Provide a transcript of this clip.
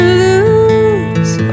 lose